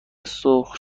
سرخ